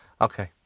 Okay